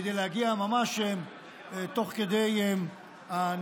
כדי להגיע ממש תוך כדי הנחיתה,